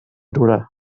dura